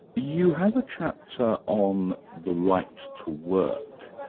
you have a chapter on the right to work.